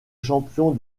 champion